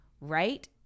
right